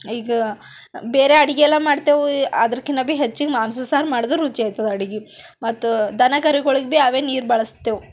ಈಗ ಬೇರೆ ಅಡಿಗೆ ಎಲ್ಲ ಮಾಡ್ತೇವು ಅದರ್ಕಿನ ಭಿ ಹೆಚ್ಚಿಗೆ ಮಾಂಸ ಸಾರು ಮಾಡಿದರು ರುಚಿ ಆಯ್ತದೆ ಅಡಿಗೆ ಮತ್ತು ದನ ಕರುಗಳಿಗೆ ಭಿ ಅದೇ ನೀರು ಬಳಸ್ತೇವೆ